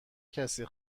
کسی